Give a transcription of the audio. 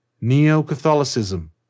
Neo-Catholicism